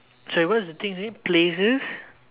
sorry what's the thing again places